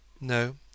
No